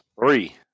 Three